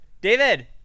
David